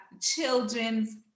children's